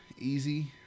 easy